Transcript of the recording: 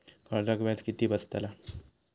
कर्जाचा व्याज किती बसतला?